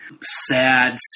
sad